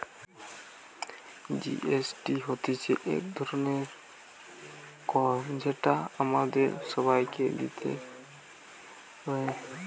GST হতিছে এক ধরণের কর যেটা আমাদের সবাইকে দিতে হয়